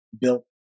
built